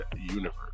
universe